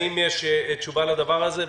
האם יש תשובה לדבר הזה?